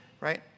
right